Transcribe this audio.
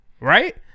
right